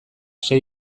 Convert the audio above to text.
sei